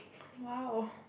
!wow!